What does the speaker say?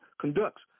conducts